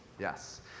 Yes